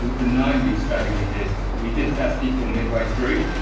the nine week study we did, we did test people midway through,